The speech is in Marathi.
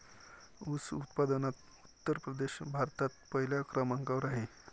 ऊस उत्पादनात उत्तर प्रदेश भारतात पहिल्या क्रमांकावर आहे